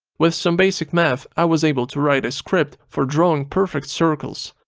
with some basic math i was able to write a script for drawing perfect circles.